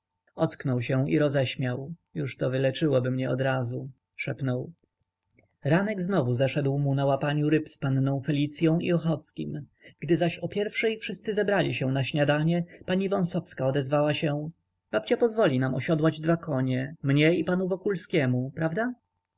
ocknął się i roześmiał już to wyleczyłoby mnie odrazu szepnął ranek znowu zeszedł mu na łapaniu ryb z panną felicyą i ochockim gdy zaś o pierwszej wszyscy zebrali się na śniadanie pani wąsowska odezwała się babcia pozwoli nam osiodłać dwa konie mnie i panu wokulskiemu prawda